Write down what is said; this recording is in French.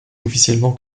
officiellement